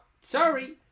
sorry